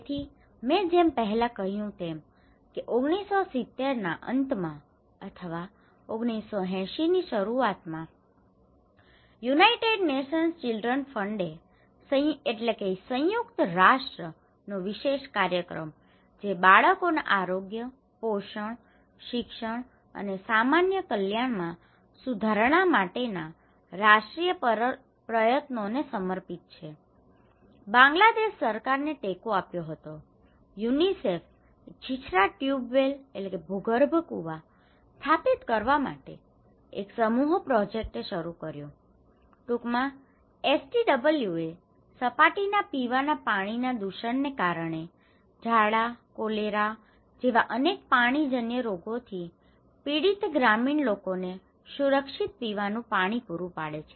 તેથી મેં જેમ પહેલા કહ્યું હતું તેમ કે 1970 ના અંતમાં અથવા 1980 ની શરૂઆતમાં યુનાઇટેડ નેશન્સ ચિલ્ડ્રન્સ ફંડએ UNICEF United Nations Childrens Fund સંયુક્ત રાષ્ટ્ર યુએન નો વિશેષ કાર્યક્રમ જે બાળકોના આરોગ્ય પોષણ શિક્ષણ અને સામાન્ય કલ્યાણમાં સુધારણા માટેના રાષ્ટ્રીય પ્રયત્નોને સમર્પિત છે બાંગ્લાદેશ સરકારને ટેકો આપ્યો હતો યુનિસેફે છીછરા ટ્યુબવેલ tube well ભૂગર્ભ કૂવા સ્થાપિત કરવા માટે એક સમૂહ પ્રોજેક્ટ શરૂ કર્યો હતો ટૂંકમાં એસટીડબલ્યુએ સપાટીના પીવાના પાણીના દૂષણને કારણે ઝાડા કોલેરા જેવા અનેક પાણીજન્ય રોગોથી પીડિત ગ્રામીણ લોકોને સુરક્ષિત પીવાનું પાણી પૂરું પાડે છે